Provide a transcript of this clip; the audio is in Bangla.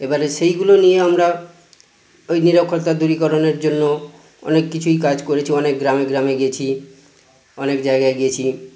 এবারে সেইগুলো নিয়ে আমরা ওই নিরক্ষরতা দূরীকরণের জন্য অনেক কিছুই কাজ করেছি অনেক গ্রামে গ্রামে গেছি অনেক জায়গায় গেছি